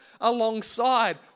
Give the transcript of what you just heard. alongside